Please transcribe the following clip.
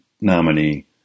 nominee